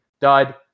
Dud